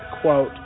quote